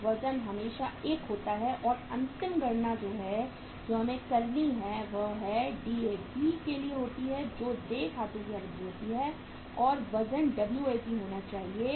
तो वजन हमेशा 1 होता है और अंतिम गणना जो हमें करनी होती है वह DAP के लिए होती है जो देय राशि की अवधि होती है और वजन WAP होना चाहिए